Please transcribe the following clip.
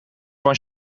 van